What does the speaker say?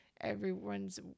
everyone's